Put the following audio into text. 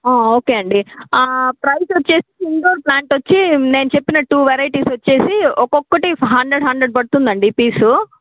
okay అండి price వచ్చేసి indoor plant వచ్చి నేను చెప్పిన టూ వెరైటీస్ వచ్చేసి ఒకొక్కటి హండ్రెడ్ హండ్రెడ్ పడుతుందండి పీసు